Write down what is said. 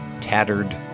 tattered